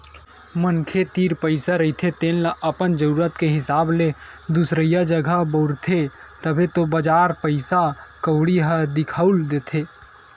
मनखे तीर पइसा रहिथे तेन ल अपन जरुरत के हिसाब ले दुसरइया जघा बउरथे, तभे तो बजार पइसा कउड़ी ह दिखउल देथे